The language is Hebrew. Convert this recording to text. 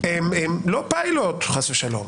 לא פיילוט, חס ושלום.